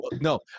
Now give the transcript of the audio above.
No